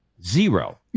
Zero